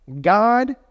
God